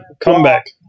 comeback